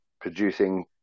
producing